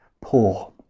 poor